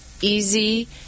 easy